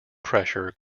pressure